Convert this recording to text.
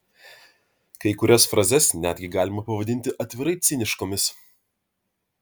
kai kurias frazes netgi galima pavadinti atvirai ciniškomis